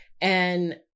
And-